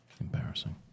Embarrassing